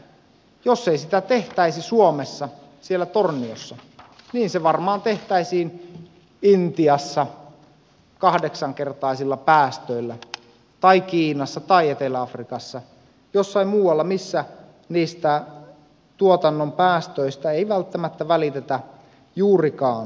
jos ei sitä tehtäisi suomessa siellä torniossa niin se varmaan tehtäisiin intiassa kahdeksankertaisilla päästöillä tai kiinassa tai etelä afrikassa jossain muualla missä niistä tuotannon päästöistä ei välttämättä välitetä juurikaan